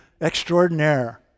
extraordinaire